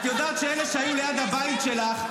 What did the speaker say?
את יודעת שאלה שהיו ליד הבית שלך,